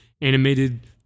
animated